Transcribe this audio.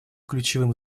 ключевым